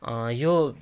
यो